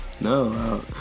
no